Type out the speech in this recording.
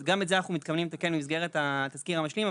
גם את זה אנחנו מתכוונים לתקן במסגרת התזכיר המשלים,